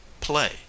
play